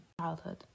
childhood